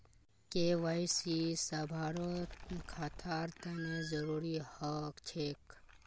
KYC सभारो खातार तने जरुरी ह छेक